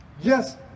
Yes